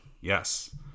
Yes